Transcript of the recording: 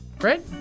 Right